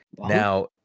Now